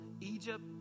Egypt